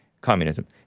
communism